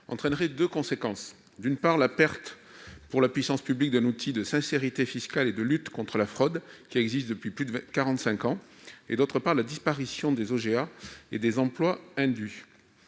entraînerait deux conséquences : d'une part, la perte pour la puissance publique d'un outil de sincérité fiscale et de lutte contre la fraude, qui existe depuis plus de quarante-cinq ans ; d'autre part, la disparition des OGA et des emplois induits.